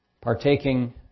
Partaking